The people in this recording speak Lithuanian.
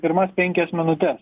pirmas penkias minutes